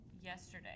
yesterday